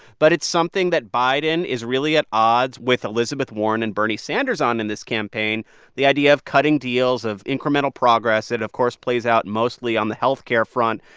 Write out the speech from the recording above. but it's something that biden is really at odds with elizabeth warren and bernie sanders on in this campaign the idea of cutting deals, of incremental progress. it, of course, plays out mostly on the health care front.